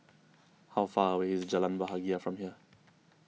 how far away is Jalan Bahagia from here